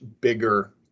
bigger